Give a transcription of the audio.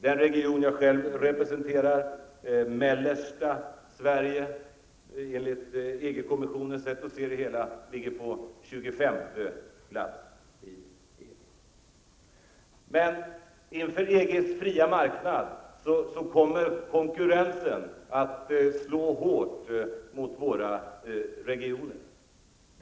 Den region som jag själv representerar, mellersta Sverige -- enligt EG-kommissinens sätt att se det hela -- ligger på Men med tanke på EGs fria marknad kommer konkurrensen att slå hårt mot våra regioner.